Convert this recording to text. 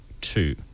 two